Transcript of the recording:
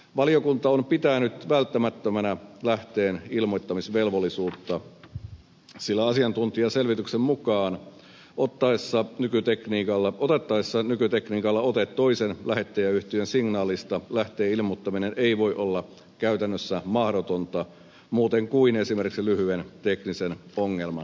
valiokunta on pitänyt välttämättömänä lähteen ilmoittamisvelvollisuutta sillä asiantuntijaselvityksen mukaan otettaessa nykytekniikalla ote toisen lähettäjäyhtiön signaalista lähteen ilmoittaminen ei voi olla käytännössä mahdotonta muuten kuin esimerkiksi lyhyen teknisen ongelman johdosta